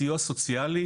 סיוע סוציאלי